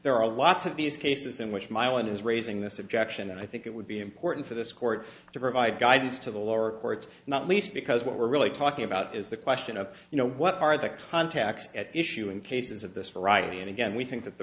there are lots of these cases in which my aunt is raising this objection and i think it would be important for this court to provide guidance in the lower courts not least because what we're really talking about is the question of you know what are the contacts at issue in cases of this variety and again we think that the